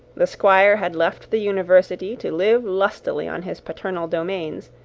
the squire had left the university to live lustily on his paternal domains,